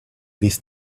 this